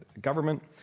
government